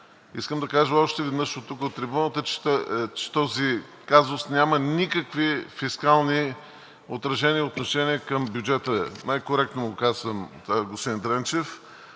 Искам да кажа още веднъж от трибуната, че този казус няма никакви фискални отражения и отношения към бюджета, най-коректно го казвам това, господин Дренчев,